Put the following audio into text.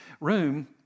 room